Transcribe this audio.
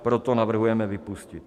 Proto navrhujeme vypustit.